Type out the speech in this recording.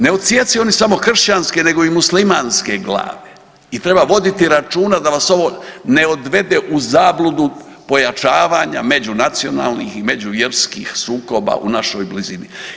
Ne odsijecaju oni samo kršćanske nego i muslimanske glave i treba voditi računa da vas ovo ne odvede u zabludu pojačavanja međunacionalnih i međuvjerskih sukoba u našoj blizini.